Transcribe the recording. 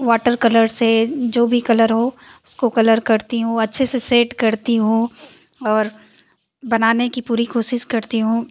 water colour से जो भी कलर हो उसको कलर करती हूँ अच्छे से सेट करती हूँ और बनाने की पूरी कोशिश करती हूँ